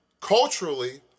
culturally